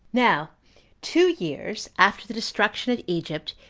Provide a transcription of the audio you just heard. now two years after the destruction of egypt,